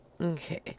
Okay